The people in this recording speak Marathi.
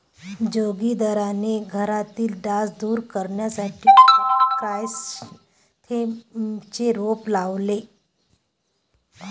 जोगिंदरने घरातील डास दूर करण्यासाठी क्रायसॅन्थेममचे रोप लावले